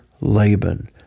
Laban